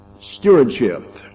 stewardship